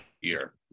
year